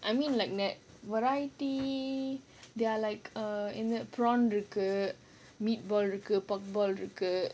I mean like variety there are like err prawn இருக்கு:irukku meat ball இருக்கு:irukku pork ball இருக்கு:irukku